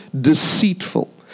deceitful